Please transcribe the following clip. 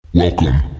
welcome